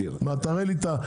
אז למה העלית את זה פי שתיים?